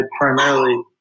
primarily